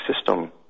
system